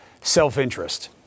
self-interest